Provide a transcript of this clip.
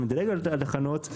שמדגלת על תחנות,